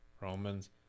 Romans